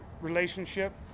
relationship